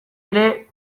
ere